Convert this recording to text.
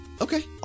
Okay